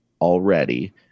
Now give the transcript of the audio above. already